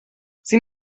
sieh